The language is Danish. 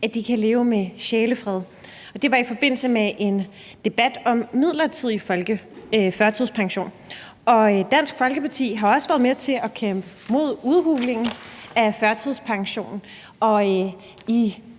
at de kan leve med sjælefred. Det var i forbindelse med en debat om midlertidig førtidspension. Dansk Folkeparti har også været med til at kæmpe mod udhulingen af førtidspensionen,